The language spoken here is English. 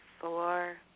Four